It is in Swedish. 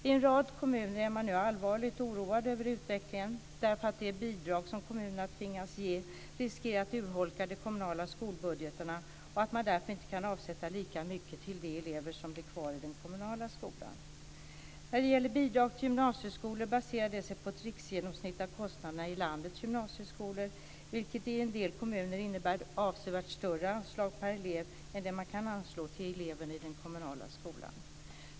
I en rad kommuner är man nu allvarligt oroad över utvecklingen eftersom de bidrag som kommunen tvingas ge riskerar att urholka de kommunala skolbudgeterna och man därför inte kan avsätta lika mycket till de elever som blir kvar i den kommunala skolan. Bidrag till gymnasieskolor baserar sig på ett riksgenomsnitt av kostnaderna i landets gymnasieskolor. Det innebär i en del kommuner avsevärt större anslag per elev än vad man kan anslå till eleverna i den kommunala skolan.